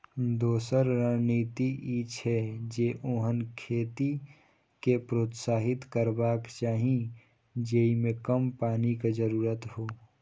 दोसर रणनीति ई छै, जे ओहन खेती कें प्रोत्साहित करबाक चाही जेइमे कम पानिक जरूरत हो